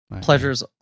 pleasure's